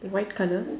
white colour